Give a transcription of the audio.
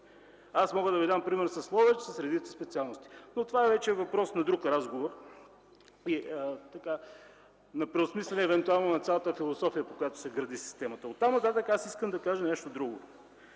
Аз мога да ви дам пример с Ловеч с редица специалности, но това вече е въпрос на друг разговор и на преосмисляне евентуално на цялата философия, на която се гради системата. Оттам нататък искам да кажа и нещо друго.